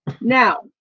Now